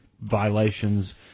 violations